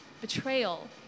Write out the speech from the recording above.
betrayal